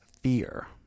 Fear